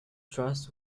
truss